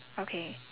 okay